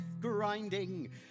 grinding